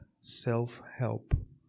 self-help